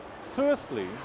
Firstly